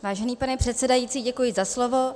Vážený pane předsedající, děkuji za slovo.